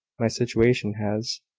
my situation has,